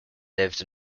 lived